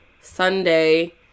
Sunday